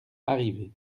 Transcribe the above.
arrivé